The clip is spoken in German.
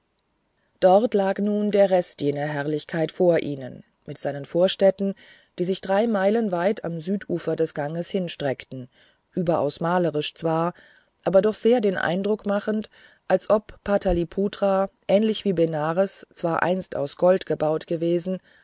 dort lag nun der rest jener herrlichkeit vor ihnen mit seinen vorstädten die sich drei meilen weit am südufer des ganges hinstreckten überaus malerisch zwar aber doch sehr den eindruck machend als ob pataliputra ähnlich wie benares zwar einst aus gold gebaut gewesen